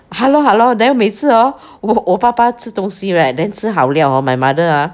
!hannor! !hannor! then 每次 hor 我我爸爸自动 see right then 吃好料 hor my mother ah